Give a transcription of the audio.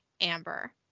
Amber